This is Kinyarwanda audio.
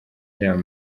jean